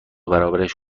برابرش